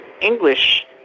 English